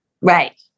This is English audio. Right